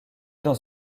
dans